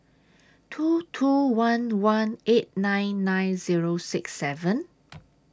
two two one one eight nine nine Zero six seven